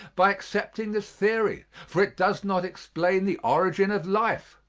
by accepting this theory, for it does not explain the origin of life.